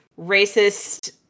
racist